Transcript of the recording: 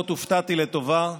הופתעתי לטובה,